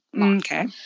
Okay